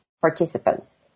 participants